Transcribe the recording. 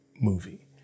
movie